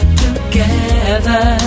together